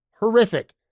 horrific